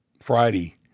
Friday